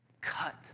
cut